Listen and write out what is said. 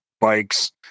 Bikes